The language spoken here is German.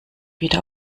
wieder